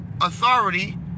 authority